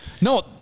No